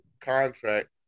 contract